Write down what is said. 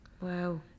wow